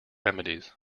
remedies